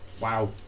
Wow